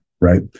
right